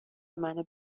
منو